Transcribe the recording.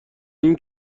این